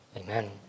Amen